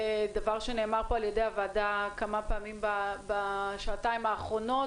דבר שנאמר פה על-ידי הוועדה כמה פעמים בשעתיים האחרונות,